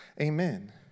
Amen